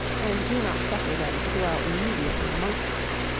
and do not suffer them to dwell immediately amongst them.